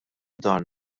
dan